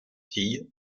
tille